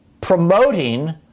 promoting